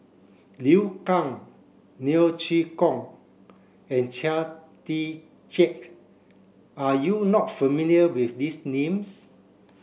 Liu Kang Neo Chwee Kok and Chia Tee Chiak are you not familiar with these names